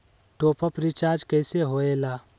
Top up recharge कइसे होएला?